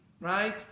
Right